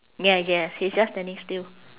yes yes he's just standing still